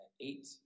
eight